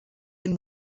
den